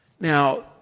Now